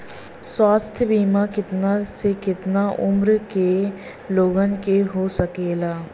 स्वास्थ्य बीमा कितना से कितना उमर के लोगन के हो सकेला?